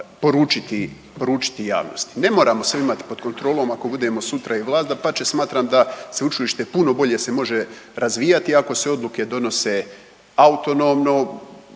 poručiti javnosti. Ne moramo sve imati pod kontrolom ako budemo sutra i vlast, dapače smatram da sveučilište puno bolje se može razvijati ako se odluke donose autonomno.